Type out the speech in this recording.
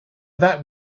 that